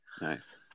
Nice